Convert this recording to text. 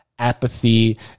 Apathy